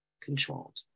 controlled